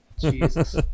Jesus